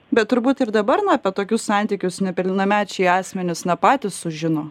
bet turbūt ir dabar na apie tokius santykius nepilnamečiai asmenys na patys sužino